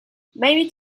maybe